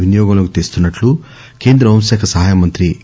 వినియోగంలోకి తెస్తున్నట్లు కేంద్ర హోం శాఖ సహాయ మంత్రి జి